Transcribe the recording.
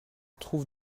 trouve